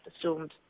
assumed